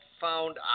found